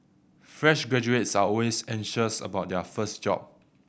fresh graduates are always anxious about their first job